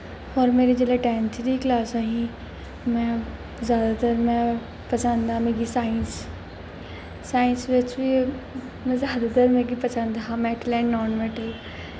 होर जिसलै मेरी टैंथ दी कलास ही में जैदातर में पसंद हा मिगी साइंस साइंस बिच्च बी मिगी जैदातर पसंद हा मैटल ऐंड़ नॉन मैटल